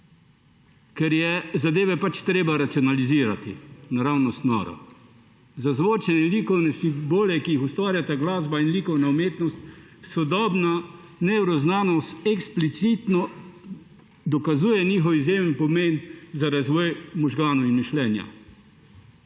ker je zadeve pač treba racionalizirati. Naravnost noro. Za zvočne likovne simbole, ki jih ustvarjata glasba in likovna umetnost, sodobna nevroznanost eksplicitno dokazuje njihov izjemen pomen za razvoj možganov in mišljenja.